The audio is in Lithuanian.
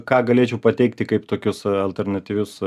ką galėčiau pateikti kaip tokius alternatyvius